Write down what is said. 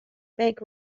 bank